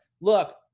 Look